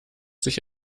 sich